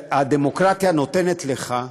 שהדמוקרטיה נותנת לך,